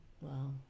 wow